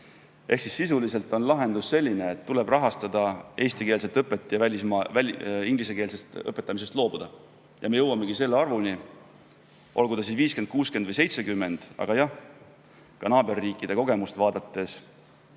Ehk sisuliselt on lahendus selline, et tuleb rahastada eestikeelset õpet ja ingliskeelsest õpetamisest loobuda. Nii jõuamegi teise arvuni, olgu see 50, 60 või 70. Aga jah, ka naaberriikide kogemust vaadates